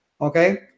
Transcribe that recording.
okay